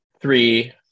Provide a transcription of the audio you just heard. three